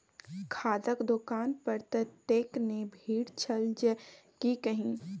खादक दोकान पर ततेक ने भीड़ छल जे की कही